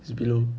it's below